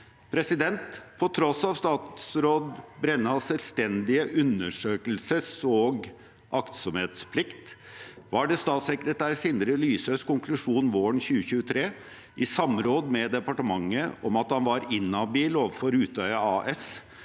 På tross av statsråd Brennas selvstendige undersøkelses- og aktsomhetsplikt var det statssekretær Sindre Lysøs konklusjon våren 2023, i samråd med departementet, om at han var inhabil overfor Utøya AS,